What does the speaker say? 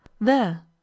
There